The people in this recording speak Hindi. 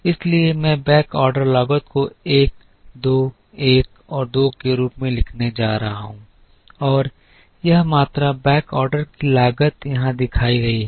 इसलिए मैं बैकऑर्डर लागत को 1 2 1 और 2 के रूप में लिखने जा रहा हूं और यह मात्रा बैकऑर्डर की लागत यहां दिखाई गई है